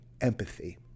empathy